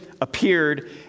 appeared